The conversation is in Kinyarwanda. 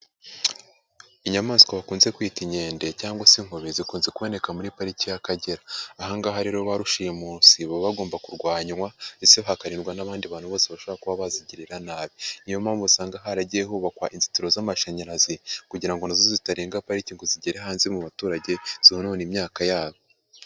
Inyamaswa bakunze kwita inkende cyangwa se inkobe, zikunze kuboneka muri pariki y'Akagera. Aha ngaha rero barushimusi baba bagomba kurwanywa ndetse hakarindwa n'abandi bantu bose bashobora kuba bazigirira nabi. Ni yo mpamvu usanga haragiye hubakwa inzitiro z'amashanyarazi kugira ngo na zo zitarenga parike ngo zigere hanze mu baturage zonone imyaka yabo.